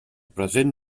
present